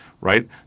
right